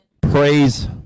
Praise